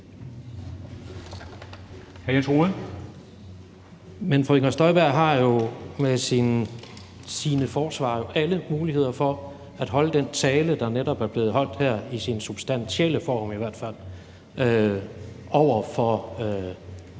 Men fru Inger Støjberg har jo med sine forsvarere alle muligheder for at holde den tale, der netop er blevet holdt her, i sin substantielle form i hvert fald, over for